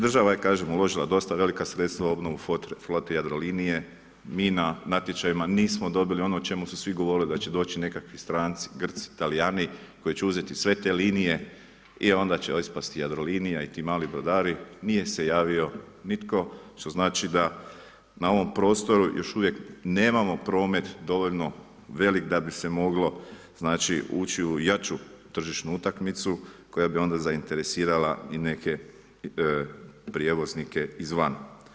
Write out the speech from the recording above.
Država je uložila dosta velika sredstva u obnovu flote Jadrolinije, mi na natječajima nismo dobili ono o čemu su svi govorili da će doći nekakvi stranci, Grci, Talijani koji će uzeti sve te linije i onda će ispasti Jadrolinija i ti mali brodari, nije se javio nitko, što znači da na ovom prostoru još uvijek nemamo promet dovoljno velik da bi se moglo ući u jaču tržišnu utakmicu koja bi onda zainteresirala i neke prijevoznike izvana.